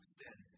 sin